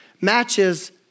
matches